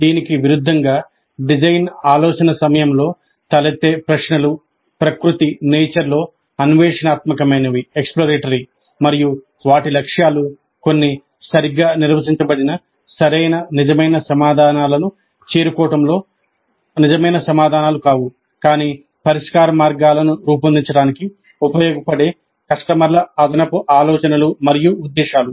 దీనికి విరుద్ధంగా డిజైన్ ఆలోచన సమయంలో తలెత్తే ప్రశ్నలు ప్రకృతిలో అన్వేషణాత్మకమైనవి మరియు వాటి లక్ష్యాలు కొన్ని సరిగ్గా నిర్వచించబడిన సరైన నిజమైన సమాధానాలను చేరుకోవడంలో నిజమైన సమాధానాలు కావు కానీ పరిష్కార మార్గాలను రూపొందించడానికి ఉపయోగపడే కస్టమర్ల అదనపు ఆలోచనలు మరియు ఉద్దేశాలు